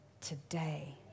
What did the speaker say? today